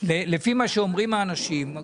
לפי מה שאומרים האנשים,